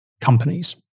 companies